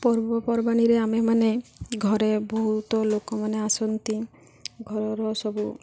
ପର୍ବପର୍ବାଣୀରେ ଆମେମାନେ ଘରେ ବହୁତ ଲୋକମାନେ ଆସନ୍ତି ଘରର ସବୁ